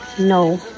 No